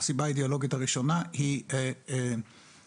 והסיבה האידיאולוגית הראשונה להקמתם היא פריסת